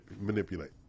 manipulate